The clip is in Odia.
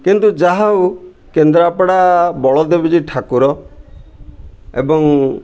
କିନ୍ତୁ ଯାହା ହଉ କେନ୍ଦ୍ରାପଡ଼ା ବଳଦେବ ଜି ଠାକୁର ଏବଂ